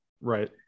right